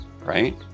right